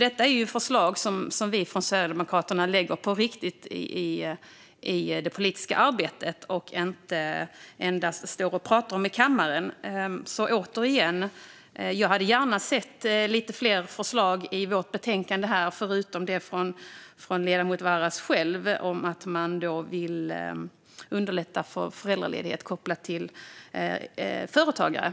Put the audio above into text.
Det här är riktiga förslag som Sverigedemokraterna har lagt fram i sitt politiska arbete och inte bara står och pratar om i kammaren. Jag hade gärna sett lite fler förslag från Vänsterpartiet i betänkandet, förutom det från ledamoten Varas själv om att underlätta föräldraledighet för företagare.